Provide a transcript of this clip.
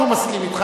שהוא מסכים אתך,